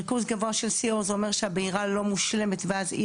ריכוז גבוה של CO זה אומר שהבעירה לא מושלמת ואז אי